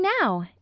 now